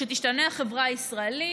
כשתשתנה החברה הישראלית,